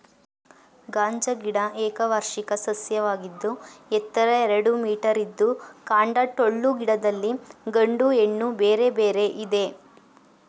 ಗಾಂಜಾ ಗಿಡ ಏಕವಾರ್ಷಿಕ ಸಸ್ಯವಾಗಿದ್ದು ಎತ್ತರ ಎರಡು ಮೀಟರಿದ್ದು ಕಾಂಡ ಟೊಳ್ಳು ಗಿಡದಲ್ಲಿ ಗಂಡು ಹೆಣ್ಣು ಬೇರೆ ಬೇರೆ ಇದೆ